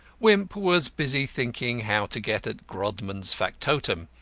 wimp was busy thinking how to get at grodman's factotum.